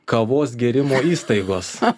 kavos gėrimo įstaigos